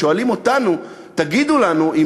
הם שואלים אותנו: תגידו לנו,